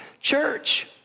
church